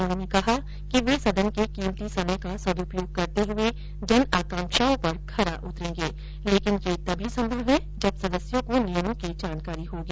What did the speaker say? उन्होंने कहा कि वे सदन के कीमती समय का सद्गयोग करते हुए जनआकांक्षाओं पर खरा उतरेंगें लेकिन वह तभी संभव है जब सदस्यों को नियमों की जानकारी होगी